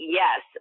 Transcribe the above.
yes